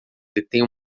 detém